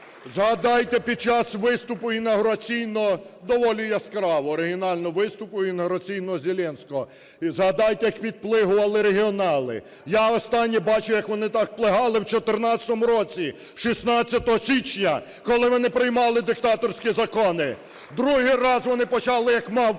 Згадайте, під час виступу інавгураційного, доволі яскравого, оригінального виступу інавгураційного Зеленського, і згадайте як підплигували регіонали. Я в останнє бачив, як вони так плигали, в 14-му році 16 січня, коли вони приймали "диктаторські" закони. Другий раз вони почали, як мавпи,